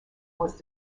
was